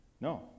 No